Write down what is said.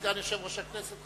סגן יושב-ראש הכנסת,